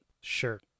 Sure